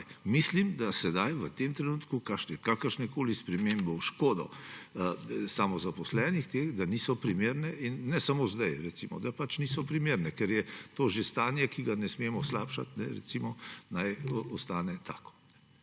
Mislim, da sedaj v tem trenutku kakršnekoli spremembe v škodo samozaposlenih niso primerne. In ne samo zdaj, da pač niso primerne, ker to je že stanje, ki ga ne smemo slabšati, naj ostane tako.